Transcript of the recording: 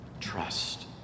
Trust